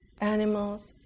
animals